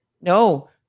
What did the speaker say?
No